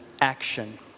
action